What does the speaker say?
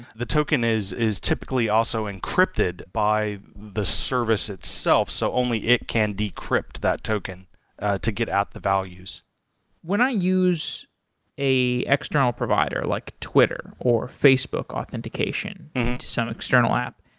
the token is is typically also encrypted by the service itself, so only it can decrypt that token to get out the values when i use a external provider like twitter or facebook authentication to some external app,